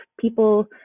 people